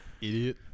Idiot